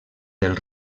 del